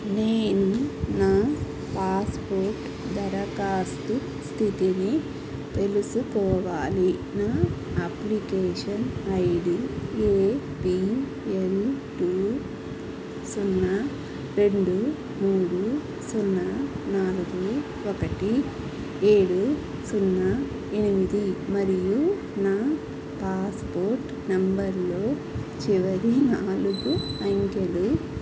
నేను నా పాస్పోర్ట్ దరఖాస్తు స్థితిని తెలుసుకోవాలి నా application ID A P L two సున్నా రెండు మూడు సున్నా నాలుగు ఒకటి ఏడు సున్నా ఎనిమిది మరియు నా పాస్పోర్ట్ నెంబర్లో చివరి నాలుగు అంకెలు